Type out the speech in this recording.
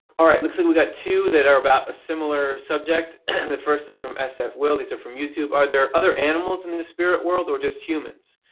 it looks like we got two that are about a similar subject. and the first is from sfwill. these are from youtube. are there other animals in the the spiritual world or just humans?